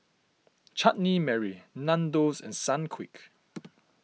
Chutney Mary Nandos and Sunquick